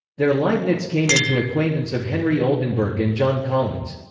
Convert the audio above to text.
there leibniz came into acquaintance of henry oldenburg and john collins.